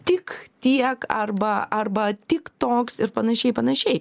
tik tiek arba arba tik toks ir panašiai panašiai